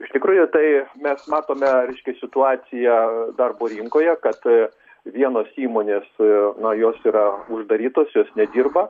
iš tikrųjų tai mes matome reiškias situaciją darbo rinkoje kad vienos įmonės na jos yra uždarytos jos nedirba